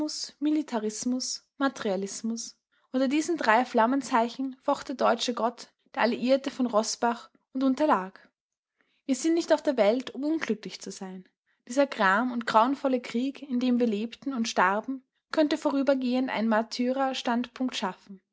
militarismus materialismus unter diesen drei flammenzeichen focht der deutsche gott der alliierte von roßbach und unterlag wir sind nicht auf der welt um unglücklich zu sein dieser gram und grauenvolle krieg in dem wir lebten und starben könnte vorübergehend einen märtyrerstandpunkt schaffen